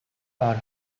are